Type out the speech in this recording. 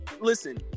Listen